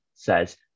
says